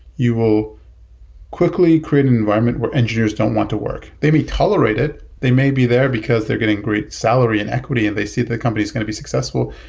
you will quickly create an environment where engineers don't want to work. they'd be tolerated. they may be there because they're getting great salary and equity and they see the company is going to be successful.